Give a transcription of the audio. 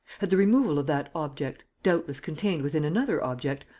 had the removal of that object, doubtless contained within another object,